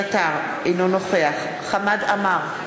אינו נוכח חמד עמאר,